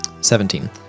Seventeen